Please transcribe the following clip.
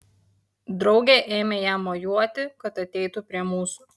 draugė ėmė jam mojuoti kad ateitų prie mūsų